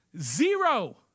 Zero